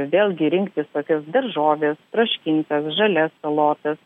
vėlgi rinktis tokias daržoves troškintas žalias salotas